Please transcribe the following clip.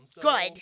Good